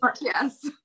yes